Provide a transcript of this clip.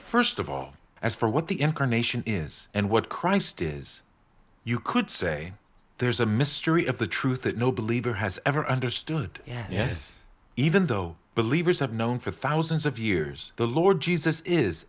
first of all as for what the incarnation is and what christ is you could say there's a mystery of the truth that no believe or has ever understood and yes even though believers have known for thousands of years the lord jesus is